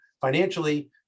financially